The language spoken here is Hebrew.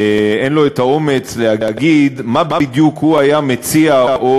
אין לו את האומץ להגיד מה בדיוק הוא היה מציע או